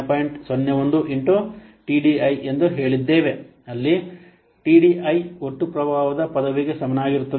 01 ಇಂಟುಟಿಡಿಐ ಎಂದು ಹೇಳಿದ್ದೇವೆ ಅಲ್ಲಿ ಟಿಡಿಐಟಿಡಿಐ ಒಟ್ಟು ಪ್ರಭಾವದ ಪದವಿಗೆ ಸಮಾನವಾಗಿರುತ್ತದೆ